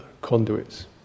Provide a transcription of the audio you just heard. conduits